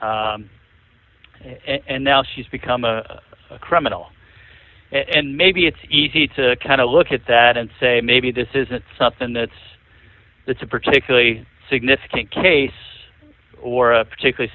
and now she's become a criminal and maybe it's easy to kind of look at that and say maybe this isn't something that's that's a particularly significant case or a particularly